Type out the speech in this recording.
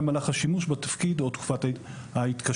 במהלך השימוש בתפקיד או בתקופת ההתקשרות.